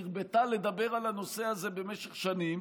שהרבתה לדבר על הנושא הזה במשך שנים,